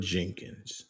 Jenkins